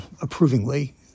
approvingly